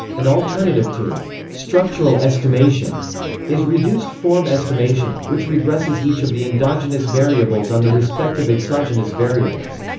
an alternative to structural estimation is reduced-form estimation, which regresses each of the endogenous variables on the respective exogenous variables.